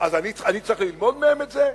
אז אני צריך ללמוד מהם את זה?